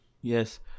Yes